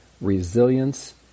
resilience